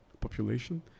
population